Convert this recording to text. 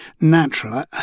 natural